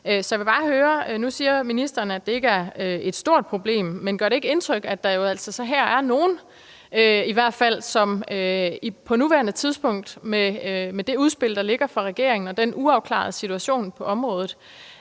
genanvendelsen. Nu siger ministeren, at det ikke er et stort problem, men gør det ikke indtryk, at der jo altså her i hvert fald er nogen, som på nuværende tidspunkt med det udspil, der ligger fra regeringen, og med den uafklarede situation på området